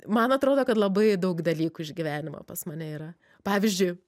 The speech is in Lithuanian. man atrodo kad labai daug dalykų iš gyvenimo pas mane yra pavyzdžiui